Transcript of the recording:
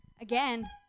again